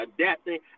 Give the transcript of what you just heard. adapting